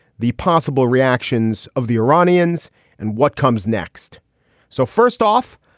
the possible reactions of the iranians and what comes next so first off,